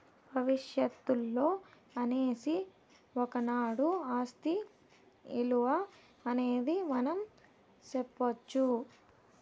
భవిష్యత్తులో అనేసి ఒకనాడు ఆస్తి ఇలువ అనేది మనం సెప్పొచ్చు